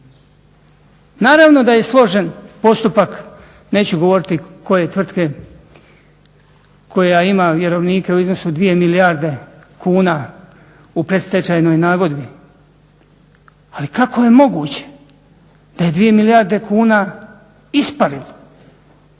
Naravno da je složen postupak, neću govoriti koje tvrtke, koja ima vjerovnike u iznosu 2 milijarde kuna u predstečajnoj nagodbi, ali kako je moguće da je 2 milijarde kuna isparilo?